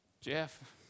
Jeff